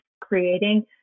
creating